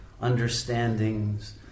understandings